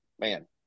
man